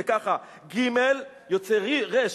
וככה, ג' יוצא רי"ש.